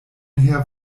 her